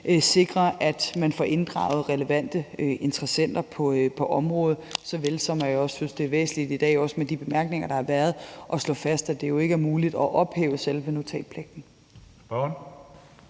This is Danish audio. sikrer, at man får inddraget relevante interessenter på området, såvel som jeg også synes, det er væsentligt i dag, også med de bemærkninger, der har været, at slå fast, at det jo ikke er muligt at ophæve selve notatpligten.